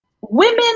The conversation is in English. women